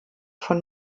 von